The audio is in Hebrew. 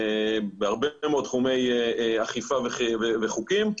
בהרבה מאוד תחומי אכיפה וחוקים,